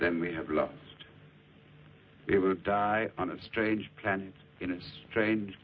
that we have lost it will die on a strange plant in a strange